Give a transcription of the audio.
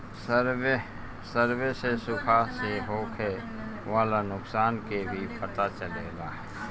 survey से सुखा से होखे वाला नुकसान के भी पता चलेला